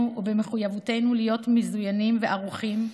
ובמחויבותנו להיות מזוינים וערוכים,